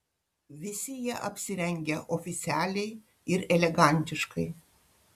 visi jie apsirengę oficialiai ir elegantiškai